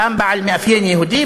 דם בעל מאפיין יהודי,